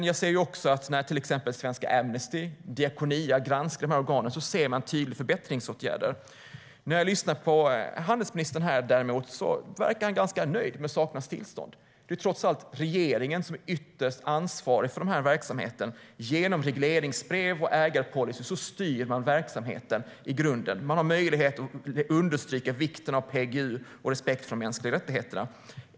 Jag ser också att när till exempel Svenska Amnesty och Diakonia granskar de organen ser man tydliga förbättringsåtgärder. När jag däremot lyssnar på handelsministern här verkar kan ganska nöjd med sakernas tillstånd. Det är trots allt regeringen som är ytterst ansvarig för verksamheten. Genom regleringsbrev och ägarpolicy styr man verksamheten i grunden. Man har möjlighet att understryka vikten av PGU och respekt för de mänskliga rättigheterna.